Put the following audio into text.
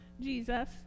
Jesus